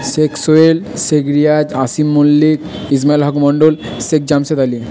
Sheikh Soyel Sheikh Riyaz Asif Mallick Ismail Haque Mondal Sheikh Jamshed Ali